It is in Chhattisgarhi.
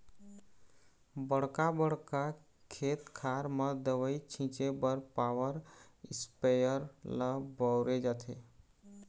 बड़का बड़का खेत खार म दवई छिंचे बर पॉवर इस्पेयर ल बउरे जाथे